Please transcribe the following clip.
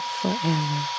forever